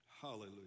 Hallelujah